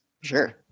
Sure